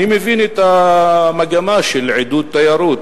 אני מבין את המגמה של עידוד תיירות,